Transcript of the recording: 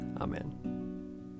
Amen